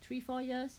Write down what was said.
three four years